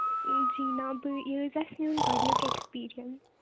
جی نا بہٕ یہِ حظ آسہِ میٛون گۄڈنیُک ایٚکٕسپیٖریَنس